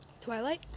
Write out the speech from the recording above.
Twilight